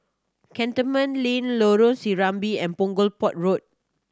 Cantonment Link Lorong Serambi and Punggol Port Road